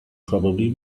probably